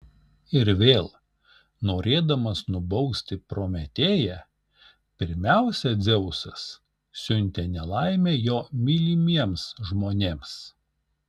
ir vėl norėdamas nubausti prometėją pirmiausia dzeusas siuntė nelaimę jo mylimiems žmonėms